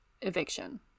eviction